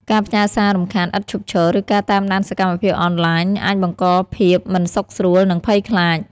ការផ្ញើសាររំខានឥតឈប់ឈរ ឬការតាមដានសកម្មភាពអនឡាញ អាចបង្កភាពមិនសុខស្រួល និងភ័យខ្លាច។